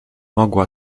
mogła